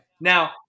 Now